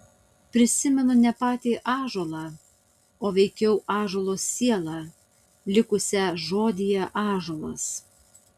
prisimenu ne patį ąžuolą o veikiau ąžuolo sielą likusią žodyje ąžuolas